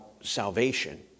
salvation